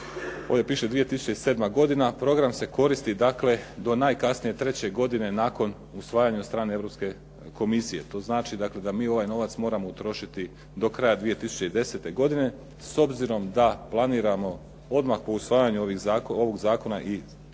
ovdje piše 2007. godina program se koristi do najkasnije treće godine nakon usvajanja od strane Europske komisije. To znači da mi ovaj novac moramo utrošiti do kraja 2010. godine. S obzirom da planiramo odmah po usvajanju ovog zakona i iduća